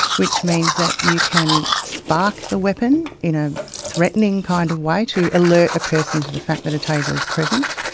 which means that you can spark the weapon in a threatening kind of way to alert a person to the fact that a taser is present.